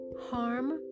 Harm